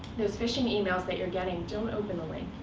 those phishing emails that you're getting don't open the link.